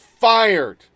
fired